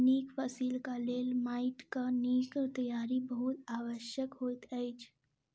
नीक फसिलक लेल माइटक नीक तैयारी बहुत आवश्यक होइत अछि